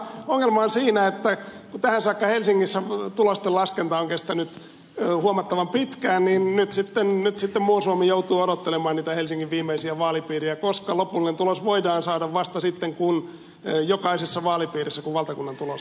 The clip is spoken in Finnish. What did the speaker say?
minusta se ongelma on siinä että kun tähän saakka helsingissä tulosten laskenta on kestänyt huomattavan pitkään niin nyt sitten muu suomi joutuu odottelemaan niitä helsingin viimeisiä vaalipiirejä koska lopullinen tulos voidaan saada vasta sitten kun jokaisessa vaalipiirissä tulos valtakunnan tulos on laskettu